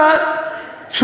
אין לי מושג.